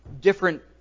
different